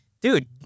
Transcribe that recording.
dude